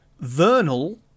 Vernal